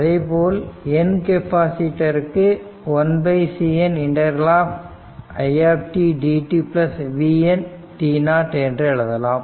அதேபோல் n கெப்பாசிட்டருக்கு 1CN ∫ it dt v n t0 என்று எழுதலாம்